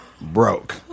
broke